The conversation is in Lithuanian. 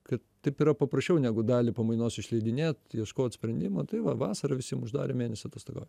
kad taip yra paprasčiau negu dalį pamainos išleidinėt ieškot sprendimo tai va vasarą visiem uždarė mėnesį atostogauja